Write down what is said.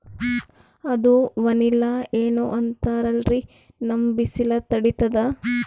ಅದು ವನಿಲಾ ಏನೋ ಅಂತಾರಲ್ರೀ, ನಮ್ ಬಿಸಿಲ ತಡೀತದಾ?